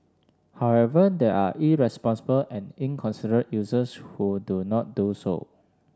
however there are irresponsible and inconsiderate users who do not do so